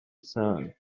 sun